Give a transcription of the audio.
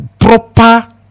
proper